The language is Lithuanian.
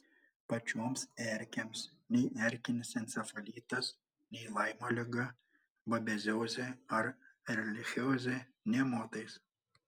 pačioms erkėms nei erkinis encefalitas nei laimo liga babeziozė ar erlichiozė nė motais